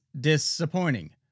disappointing